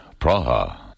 Praha